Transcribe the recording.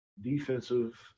defensive